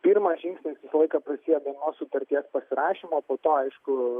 pirasą žingsnis visą laiką prasideda nuo sutarties pasirašymo po to aišku